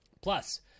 Plus